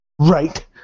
Right